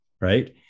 right